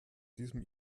diesem